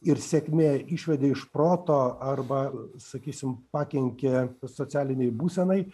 ir sėkmė išvedė iš proto arba sakysim pakenkė socialinei būsenai